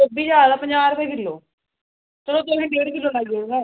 एह्बी शैल ऐ पंजाह् रपे किलो ते तुसेंगी डेढ़ दे किलो पाई दिन्ने आं